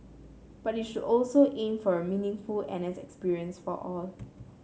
but it should also aim for a meaningful N S experience for all